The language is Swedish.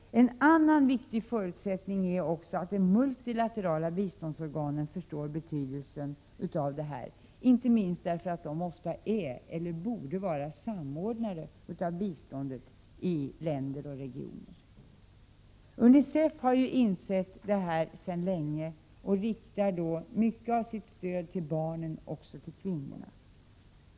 En annan viktig förutsättning är att de multilaterala biståndsorganen förstår betydelsen av detta, inte minst därför att de ofta är eller borde vara samordnare av biståndet i länder och regioner. UNICEF har insett detta sedan länge och riktar mycket av sitt stöd till barnen också till kvinnorna.